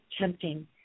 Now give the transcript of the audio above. tempting